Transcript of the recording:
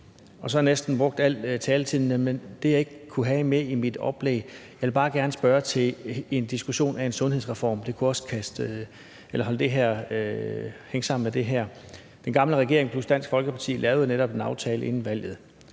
Så har jeg næsten brugt al min taletid, men der var noget, jeg ikke kunne have med i mit oplæg. Jeg vil bare gerne spørge til en diskussion om en sundhedsreform. Det kunne også hænge sammen med det her. Den gamle regering plus Dansk Folkeparti lavede netop en aftale inden valget.